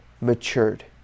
matured